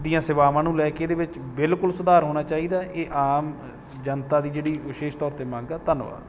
ਦੀਆਂ ਸੇਵਾਵਾਂ ਨੂੰ ਲੈ ਕੇ ਇਹਦੇ ਵਿੱਚ ਬਿਲਕੁਲ ਸੁਧਾਰ ਹੋਣਾ ਚਾਹੀਦਾ ਇਹ ਆਮ ਜਨਤਾ ਦੀ ਜਿਹੜੀ ਵਿਸ਼ੇਸ਼ ਤੌਰ 'ਤੇ ਮੰਗ ਹੈ ਧੰਨਵਾਦ